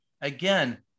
again